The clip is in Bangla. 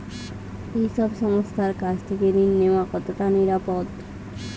এই সব সংস্থার কাছ থেকে ঋণ নেওয়া কতটা নিরাপদ?